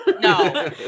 no